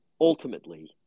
ultimately